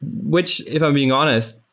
which if i'm being honest,